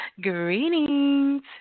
greetings